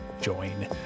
Join